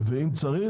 אם צריך,